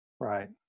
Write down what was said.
Right